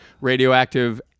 Radioactive